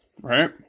right